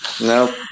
no